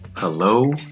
Hello